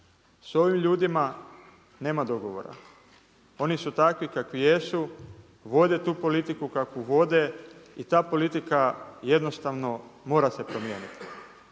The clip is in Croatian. S ovim ljudima nema dogovora, oni su takvi kakvi jesu, vode tu politiku kakvu vode i ta politika jednostavno mora se promijeniti.